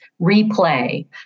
replay